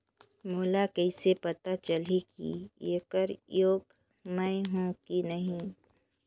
मोला कइसे पता चलही की येकर योग्य मैं हों की नहीं?